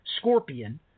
scorpion